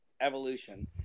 Evolution